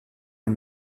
une